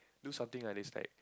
do something ah is like